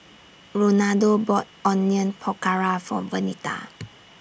Ronaldo bought Onion Pakora For Vernita